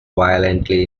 violently